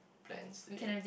plans today